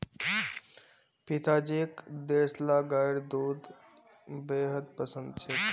पिताजीक देसला गाइर दूध बेहद पसंद छेक